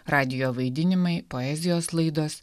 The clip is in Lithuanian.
radijo vaidinimai poezijos laidos